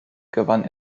gewann